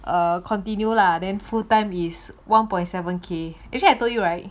err continue lah then full time is one point seven K actually I told you right